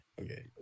okay